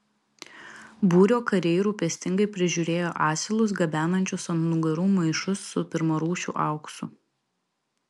būrio kariai rūpestingai prižiūrėjo asilus gabenančius ant nugarų maišus su pirmarūšiu auksu